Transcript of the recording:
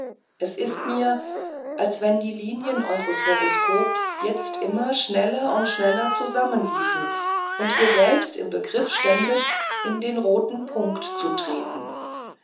es ist mir als wenn die linien eures horoskops jetzt immer schneller und schneller zusammenliefen und ihr selbst im begriff ständet in den roten punkt zu treten